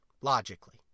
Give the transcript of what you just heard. logically